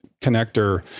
connector